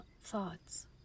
thoughts